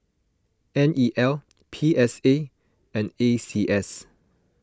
N E L P S A and A C S